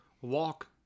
walk